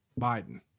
Biden